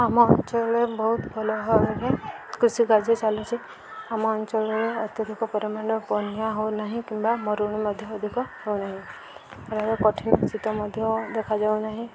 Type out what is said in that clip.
ଆମ ଅଞ୍ଚଳରେ ବହୁତ ଭଲ ଭାବରେ କୃଷିି କାର୍ଯ୍ୟ ଚାଲୁଛି ଆମ ଅଞ୍ଚଳରେ ଅତ୍ୟଧିକ ପରିମାଣର ବନ୍ୟା ହେଉନାହିଁ କିମ୍ବା ମରୁଡ଼ି ମଧ୍ୟ ଅଧିକ ହେଉନାହିଁ କଠିନ ଶୀତ ମଧ୍ୟ ଦେଖାଯାଉ ନାହିଁ